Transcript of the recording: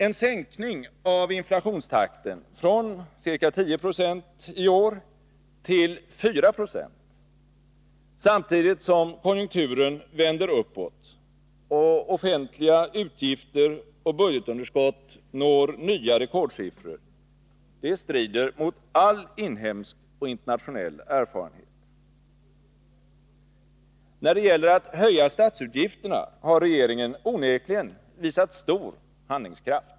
En sänkning av inflationstakten från ca 10 96 per år till 4 20, samtidigt som konjunkturen vänder uppåt och offentliga utgifter och budgetunderskott når nya rekordsiffror, strider mot all inhemsk och internationell erfarenhet. När det gäller att höja statsutgifterna har regeringen onekligen visat stor handlingskraft.